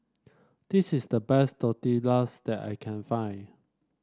this is the best Tortillas that I can find